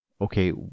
okay